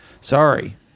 sorry